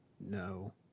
No